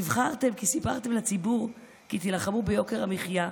נבחרתם כי סיפרתם לציבור כי תילחמו ביוקר המחיה,